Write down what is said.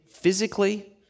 physically